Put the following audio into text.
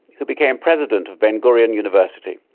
who became president of ben-gurion university.